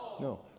No